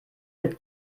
mit